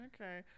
Okay